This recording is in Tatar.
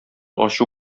ачу